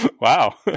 Wow